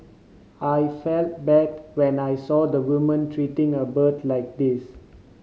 I felt bad when I saw the woman treating a bird like this